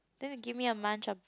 then they give me a bunch of